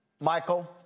MICHAEL